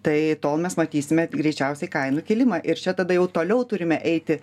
tai tol mes matysime greičiausiai kainų kilimą ir čia tada jau toliau turime eiti